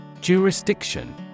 Jurisdiction